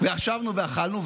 וישבנו ואכלנו.